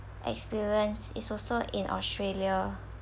experience is also in australia